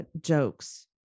jokes